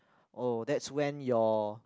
oh that's went your